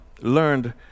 learned